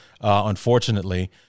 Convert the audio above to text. unfortunately